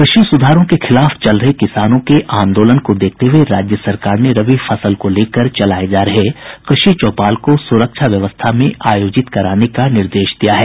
कृषि सुधारों के खिलाफ चल रहे किसानों के आंदोलन को देखते हुये राज्य सरकार ने रबी फसल को लेकर चलाये जा रहे कृषि चौपाल को सुरक्षा व्यवस्था में आयोजित कराने का निर्देश दिया है